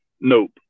Nope